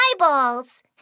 eyeballs